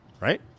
Right